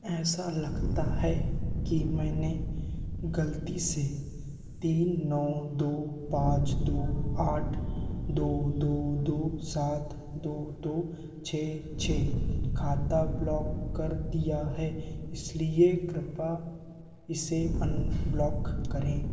ऐसा लगता है कि मैंने गलती से तीन नौ दो पाँच दो आठ दो दो दो सात दो दो छः छः खाता ब्लॉक कर दिया है इसलिए कृपया इसे अनब्लॉक करें